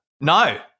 No